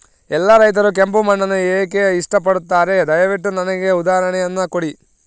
ಎಲ್ಲಾ ರೈತರು ಕೆಂಪು ಮಣ್ಣನ್ನು ಏಕೆ ಇಷ್ಟಪಡುತ್ತಾರೆ ದಯವಿಟ್ಟು ನನಗೆ ಉದಾಹರಣೆಯನ್ನ ಕೊಡಿ?